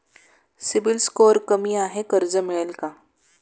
CIBIL score कमी आहे कर्ज मिळेल का?